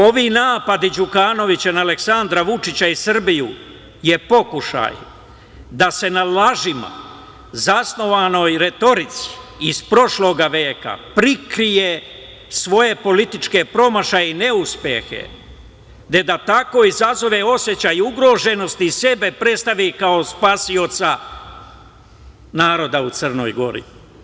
Ovi napadi Đukanovića na Aleksandra Vučića i Srbiju je pokušaj da se na lažima zasnovanoj retorici iz prošlog veka prikrije svoje političke promašaje i neuspehe, te da tako izazove osećaj ugroženosti i sebe predstavi kao spasioca naroda u Crnoj Gori.